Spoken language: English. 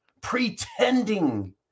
pretending